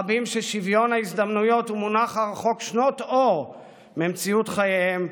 רבים ששוויון ההזדמנויות הוא מונח הרחוק שנות אור ממציאות חייהם.